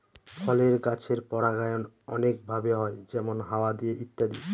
ফলের গাছের পরাগায়ন অনেক ভাবে হয় যেমন হাওয়া দিয়ে ইত্যাদি